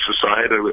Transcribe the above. society